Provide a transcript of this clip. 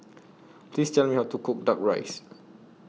Please Tell Me How to Cook Duck Rice